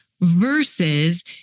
versus